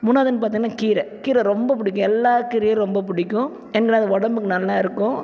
மூணாவதுன்னு பார்த்தீங்கன்னா கீரை கீரை ரொம்ப பிடிக்கும் எல்லா கீரையும் ரொம்ப பிடிக்கும் ஏன் கேட்டால் அது உடம்புக்கு நல்லா இருக்கும்